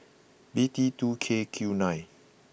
B T two K Q nine